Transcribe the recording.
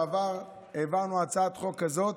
בעבר העברנו הצעת חוק כזאת,